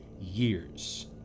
years